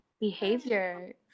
behavior